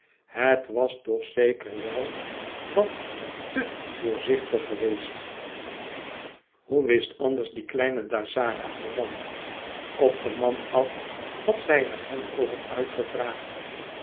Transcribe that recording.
het was toch zeker wel wat te doorzichtig geweest hoe wist anders die kleine dazzara er van af op den man af had zij er hem over uitgevraagd